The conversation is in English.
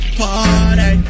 party